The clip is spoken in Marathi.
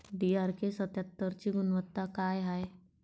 डी.आर.के सत्यात्तरची गुनवत्ता काय हाय?